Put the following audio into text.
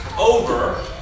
over